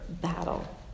battle